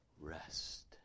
rest